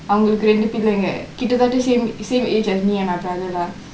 அவங்களுக்கு ரெண்டு பிள்ளைங்க கிட்ட தட்ட:avangkalukku rendu pilangka kitta thatta same age as me and my brother lah